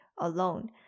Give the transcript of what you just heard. alone